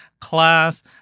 class